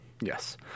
yes